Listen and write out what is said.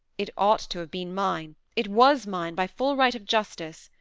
it ought to have been mine it was mine by full right of justice,